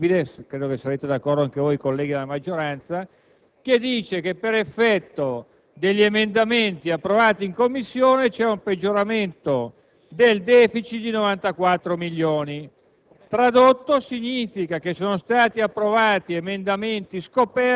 sia una fonte incontrovertibile - e penso che saranno d'accordo anche i colleghi della maggioranza - ha affermato che, per effetto degli emendamenti approvati in Commissione, c'è un peggioramento del *deficit* di 94 milioni